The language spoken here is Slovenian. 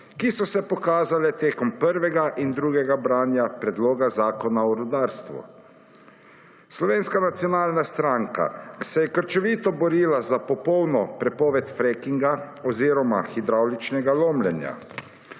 ki so se pokazale tekom prvega in drugega branja predloga Zakona o rudarstvu. Slovenska nacionalna stranka se je krčevito borila za popolno prepoved frackinga oziroma hidravličnega lomljenja.